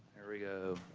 there we go,